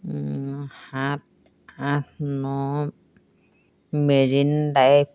সাত আঠ ন মেৰিন ড্ৰাইভ